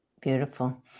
Beautiful